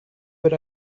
what